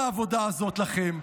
מה העבודה הזאת לכם?